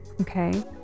Okay